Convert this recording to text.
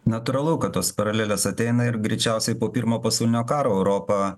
natūralu kad tos paralelės ateina ir greičiausiai po pirmo pasaulinio karo europa